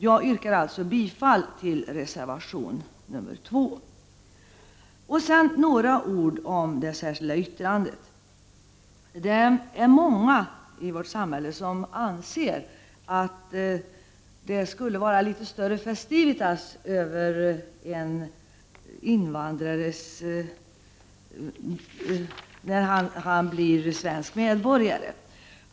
Jag yrkar alltså bifall till reservation 2. Sedan några ord om det särskilda yttrandet. Det är många i vårt samhälle som anser att det skulle vara litet större festivitas över att en invandrare blir svensk medborgare.